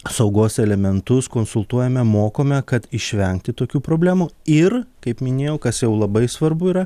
saugos elementus konsultuojame mokome kad išvengti tokių problemų ir kaip minėjau kas jau labai svarbu yra